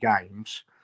games